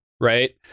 right